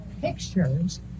pictures